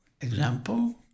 example